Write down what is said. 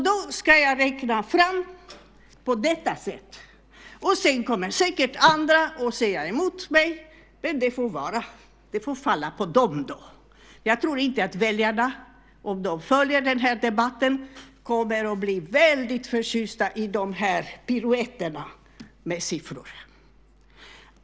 Då ska jag räkna fram på detta sätt, och sedan kommer säkert andra att säga emot mig, men det får falla tillbaka på dem då. Jag tror inte att väljarna, om de följer den här debatten, kommer att bli väldigt förtjusta i de här piruetterna med siffror.